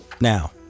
Now